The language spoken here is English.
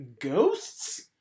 ghosts